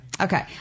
Okay